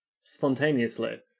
spontaneously